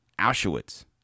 Auschwitz